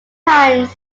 times